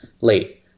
late